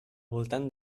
voltant